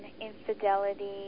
infidelity